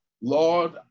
Lord